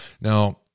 Now